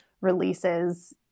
releases